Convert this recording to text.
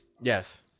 Yes